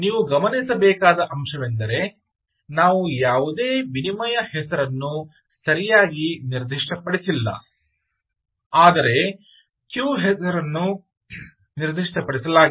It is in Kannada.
ನೀವು ಗಮನಿಸಬೇಕಾದ ಅಂಶವೆಂದರೆ ನಾವು ಯಾವುದೇ ವಿನಿಮಯ ಹೆಸರನ್ನು ಸರಿಯಾಗಿ ನಿರ್ದಿಷ್ಟಪಡಿಸಿಲ್ಲ ಆದರೆ ಕ್ಯೂ ಹೆಸರನ್ನು ನಿರ್ದಿಷ್ಟಪಡಿಸಲಾಗಿದೆ